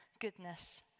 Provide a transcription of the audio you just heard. goodness